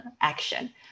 action